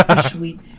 Sweet